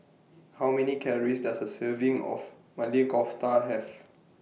How Many Calories Does A Serving of Maili Kofta Have